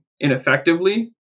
ineffectively